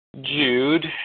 Jude